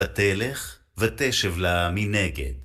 התלך ותשב לה מנגד.